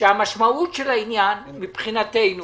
שהמשמעות של העניין מבחינתנו